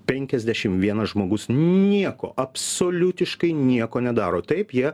penkiasdešim vienas žmogus nieko absoliutiškai nieko nedaro taip jie